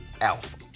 Alpha